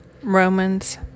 Romans